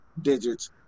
digits